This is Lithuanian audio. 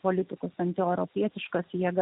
politikus antieuropietiškas jėgas